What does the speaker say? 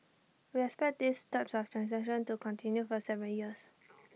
we expect these types of transactions to continue for several years